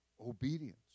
obedience